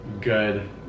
good